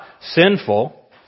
sinful